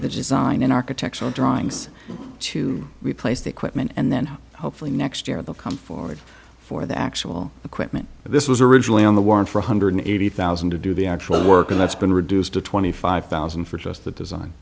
the design an architectural drawings to replace the equipment and then hopefully next year they'll come forward for the actual equipment this was originally on the warrant for one hundred eighty thousand to do the actual work and that's been reduced to twenty five thousand for just the design